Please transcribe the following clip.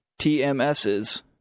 TMSs